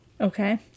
Okay